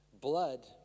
blood